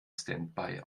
standby